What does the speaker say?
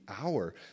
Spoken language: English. hour